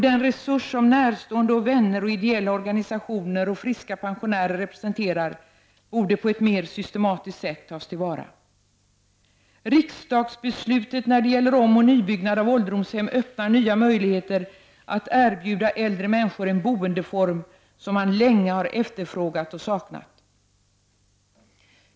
Den resurs som närstående, vänner, ideella organisationer och friska pensionärer representerar borde på ett mer systematiskt sätt tas till vara. Riksdagsbeslutet när det gäller omoch nybyggnad av ålderdomshem öppnar nya möjligheter att erbjuda äldre människor en boendeform som man länge har efterfrågat och saknat.